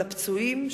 לפצועים,